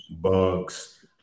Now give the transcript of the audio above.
bugs